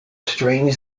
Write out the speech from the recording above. strange